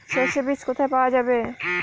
সর্ষে বিজ কোথায় পাওয়া যাবে?